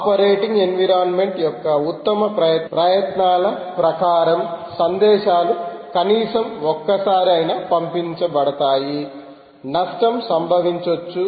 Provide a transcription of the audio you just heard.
operating environment యొక్క ఉత్తమ ప్రయత్నాల ప్రకారం సందేశాలు కనీసం ఒక్కసారి ఆయన పంపించబడతాయి నస్టం సంబవించొచ్చు